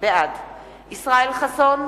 בעד ישראל חסון,